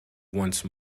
once